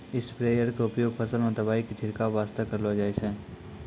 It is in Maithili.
स्प्रेयर के उपयोग फसल मॅ दवाई के छिड़काब वास्तॅ करलो जाय छै